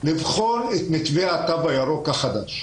לבחון את מתווה התו הירוק החדש.